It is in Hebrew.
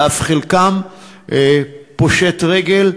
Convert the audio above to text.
וחלקם אף פושטים רגל.